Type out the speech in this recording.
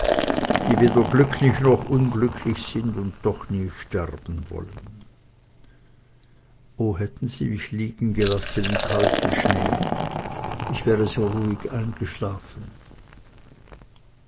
die weder glücklich noch unglücklich sind und doch nie sterben wollen o hätten sie mich liegengelassen im kalten schnee ich wäre so ruhig eingeschlafen